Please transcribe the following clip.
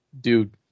dude